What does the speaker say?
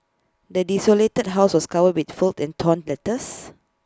the desolated house was covered with fold and torn letters